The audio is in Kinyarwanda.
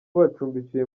bacumbikiwe